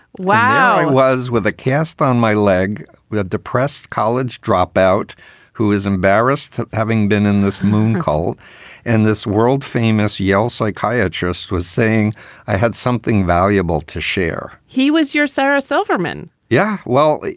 wow. it was with a cast on my leg with a depressed college dropout who is embarrassed having been in this moon called and this world famous yale psychiatrist was saying i had something valuable to share he was your sarah silverman yeah, well,